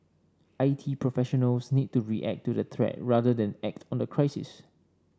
I T professionals need to react to the threat rather than act on the crisis